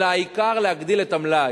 אלא העיקר להגדיל את המלאי.